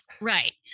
Right